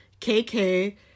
KK